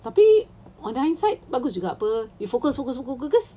tapi on the hindsight bagus juga [pe] you focus suku-suku cause